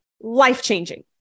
life-changing